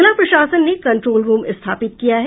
जिला प्रशासन ने कंट्रोल रूम स्थापित किया है